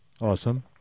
Awesome